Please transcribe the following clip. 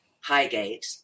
Highgate